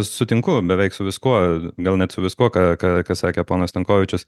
sutinku beveik su viskuo gal net su viskuo ką ką sakė ponas stankovičius